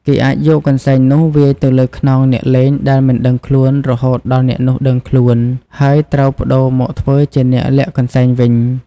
គេអាចយកកន្សែងនោះវាយទៅលើខ្នងអ្នកលេងដែលមិនដឹងខ្លួន រហូតដល់អ្នកនោះដឹងខ្លួន ហើយត្រូវប្ដូរមកធ្វើជាអ្នកលាក់កន្សែងវិញ ។